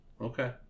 Okay